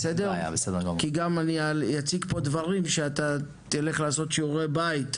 כי גם אני אציג פה דברים שאתה תלך לעשות שיעורי בית,